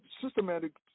systematic